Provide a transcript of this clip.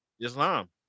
Islam